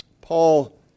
Paul